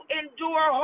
endure